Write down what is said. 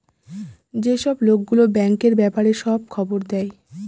যেসব লোক গুলো ব্যাঙ্কের ব্যাপারে সব খবর দেয়